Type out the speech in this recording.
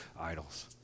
idols